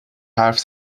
حرف